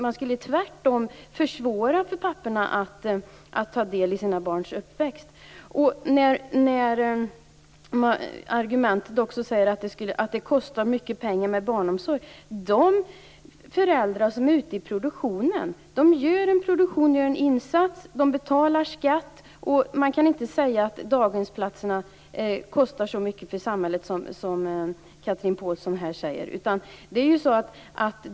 Det skulle tvärtom försvåra för papporna att ta del i sina barns uppväxt. När det gäller argumentet att barnomsorg kostar mycket pengar vill jag säga att de föräldrar som är ute i produktionen bidrar till produktionen, de gör en insats och betalar skatt. Man kan inte säga att daghemsplatserna kostar så mycket för samhället som Chatrine Pålsson här säger.